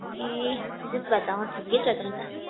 ए त्यसो भए त अँ ठिकै छ त अनि त